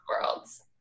worlds